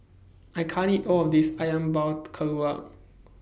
I can't eat All of This Ayam Buah Keluak